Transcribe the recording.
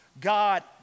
God